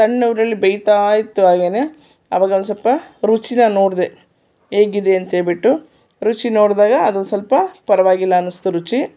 ಸಣ್ಣ ಉರೀಲಿ ಬೇಯ್ತಾಯಿತ್ತು ಹಾಗೆಯೇ ಅವಾಗ ಒಂದು ಸ್ವಲ್ಪ ರುಚಿನ ನೋಡಿದೆ ಹೇಗಿದೆ ಅಂತ ಹೇಳಿಬಿಟ್ಟು ರುಚಿ ನೋಡಿದಾಗ ಅದು ಸ್ವಲ್ಪ ಪರವಾಗಿಲ್ಲ ಅನ್ನಿಸ್ತು ರುಚಿ